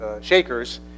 shakers